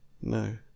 No